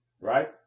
right